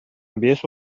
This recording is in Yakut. биэс